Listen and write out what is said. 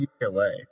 UCLA